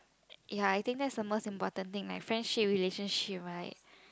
ya I think that is the most important thing friendship relationship right